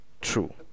True